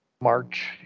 March